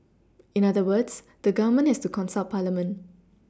in other words the Government has to consult parliament